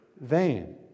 vain